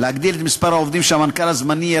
להגדיל את מספר העובדים שהמנכ"ל הזמני יהיה